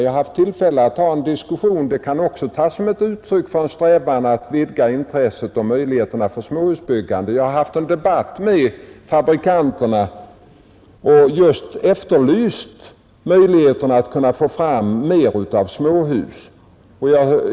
Jag har haft tillfälle att ha en diskussion — det kan också tas som uttryck för en strävan att vidga intresset och möjligheterna för småhusbyggandet — med fabrikanterna och just efterlyst möjligheten att få fram mer av småhus.